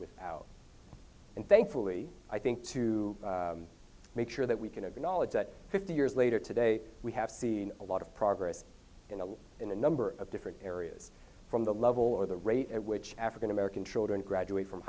with out and thankfully i think to make sure that we can have the knowledge that fifty years later today we have seen a lot of progress in a in a number of different areas from the level of the rate at which african american children graduate from